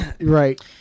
Right